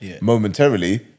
momentarily